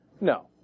No